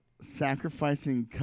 Sacrificing